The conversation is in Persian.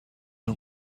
نوع